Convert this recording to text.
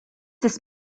this